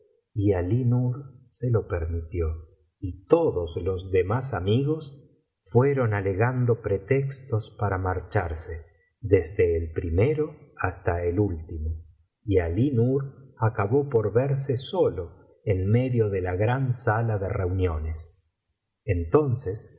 y alí nur se lo permitió y todos los demás amigos fueron alegando pretextos para marcharse desde el primero hasta el último y alí nur acabó por verse solo en medio de la gran sala de reuniones entonces